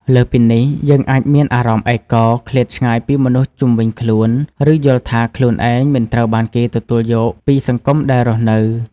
លើសពីនេះ យើងអាចមានអារម្មណ៍ឯកោ ឃ្លាតឆ្ងាយពីមនុស្សជុំវិញខ្លួន ឬយល់ថាខ្លួនឯងមិនត្រូវបានគេទទួលយកពីសង្គមដែលរស់នៅ។